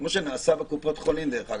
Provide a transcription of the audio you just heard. כמו שנעשה בקופת חולים, דרך אגב.